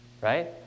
right